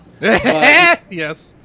yes